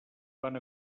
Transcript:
van